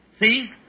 see